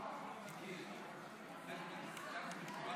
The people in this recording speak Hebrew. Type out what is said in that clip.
מיקי, עם פורר,